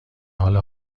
حال